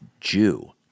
Jew